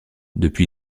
depuis